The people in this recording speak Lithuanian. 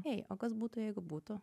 ei o kas būtų jeigu būtų